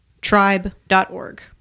Tribe.org